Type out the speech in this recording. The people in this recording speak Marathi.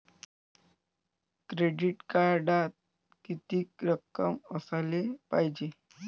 क्रेडिट कार्डात कितीक रक्कम असाले पायजे?